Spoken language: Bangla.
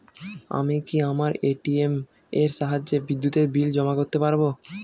আমি কি আমার এ.টি.এম এর সাহায্যে বিদ্যুতের বিল জমা করতে পারব?